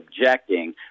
objecting